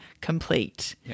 complete